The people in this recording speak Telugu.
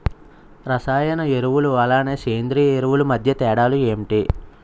రసాయన ఎరువులు అలానే సేంద్రీయ ఎరువులు మధ్య తేడాలు ఏంటి?